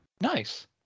nice